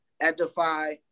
Edify